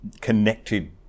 connected